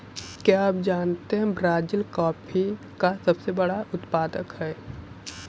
क्या आप जानते है ब्राज़ील कॉफ़ी का सबसे बड़ा उत्पादक है